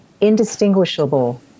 indistinguishable